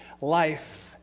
life